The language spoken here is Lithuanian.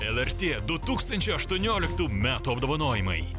lrt du tūkstančiai aštuonioliktų metų apdovanojimai